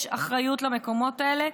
יש אחריות למקומות האלה,